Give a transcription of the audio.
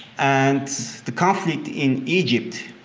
and the conflict in egypt,